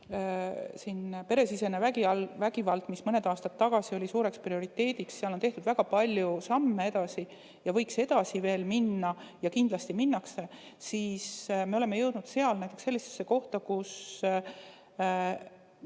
peresisese vägivalla puhul, mis mõned aastad tagasi oli suureks prioriteediks, on tehtud väga palju samme edasi ja võiks edasi veel minna ja kindlasti minnakse. Me oleme jõudnud sellisesse kohta, kus